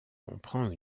comprend